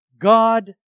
God